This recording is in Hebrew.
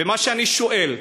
ומה שאני שואל: